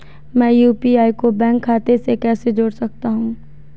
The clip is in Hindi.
मैं यू.पी.आई को बैंक खाते से कैसे जोड़ सकता हूँ?